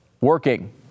working